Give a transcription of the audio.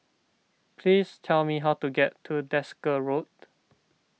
please tell me how to get to Desker Road